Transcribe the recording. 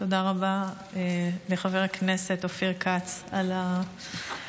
תודה רבה לחבר הכנסת אופיר כץ על ההצעה